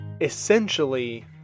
essentially